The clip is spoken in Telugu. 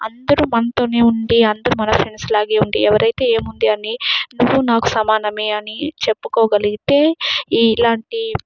అందరూ మనతోనే ఉండి అందరూ మన ఫ్రెండ్స్ లానే ఉండి ఎవరైతే ఏముంది అని నువ్వు నాకు సమానమే అని చెప్పుకోగలిగితే ఈ ఇలాంటి